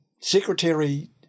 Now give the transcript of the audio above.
secretary